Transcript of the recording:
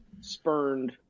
spurned